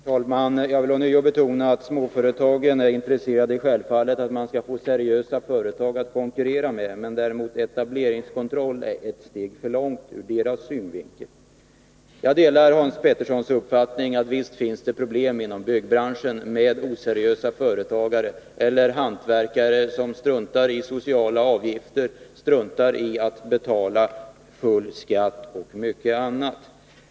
Herr talman! Jag vill ånyo betona att småföretagen självfallet är intresserade av att få seriösa företag att konkurrera med. Däremot är etableringskontroll ett steg för långt ur deras synvinkel. Jag delar Hans Petterssons uppfattning att det finns problem inom byggbranschen med oseriösa företagare eller hantverkare som struntar i sociala avgifter, struntar i att betala full skatt osv.